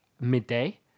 midday